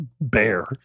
bear